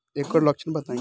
एकर लक्षण बताई?